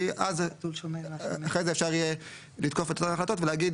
כי אחרי זה אפשר יהיה לתקוף את החלטות ולהגיד